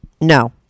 no